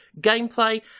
gameplay